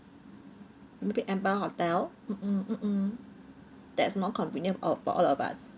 maybe empire hotel mm mm that's more convenient all for all of us